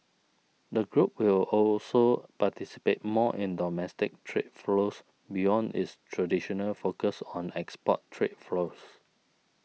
the group will also participate more in domestic trade flows beyond its traditional focus on export trade flows